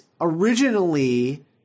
originally